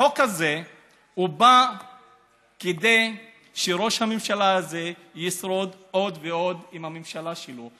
החוק הזה בא כדי שראש הממשלה הזה ישרוד עוד ועוד עם הממשלה שלו.